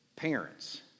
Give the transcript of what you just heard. Parents